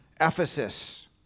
Ephesus